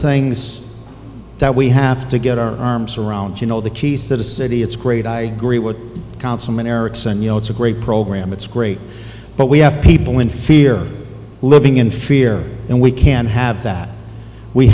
things that we have to get our arms around you know the keys to the city it's great i agree with councilman erickson you know it's a great program it's great but we have people in fear living in fear and we can have that we